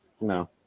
no